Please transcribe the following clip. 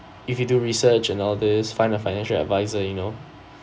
if you do research and all this find a financial advisor you know